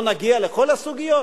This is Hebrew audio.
לא נגיע לכל הסוגיות?